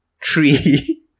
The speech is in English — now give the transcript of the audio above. three